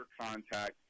contact